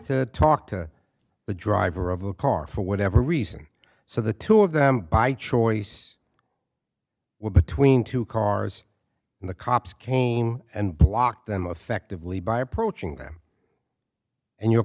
to talk to the driver of the car for whatever reason so the two of them by choice between two cars and the cops came and blocked them effectively by approaching them and your